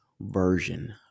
version